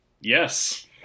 Yes